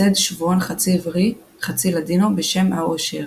וייסד שבועון חצי עברי חצי לאדינו בשם "האושר",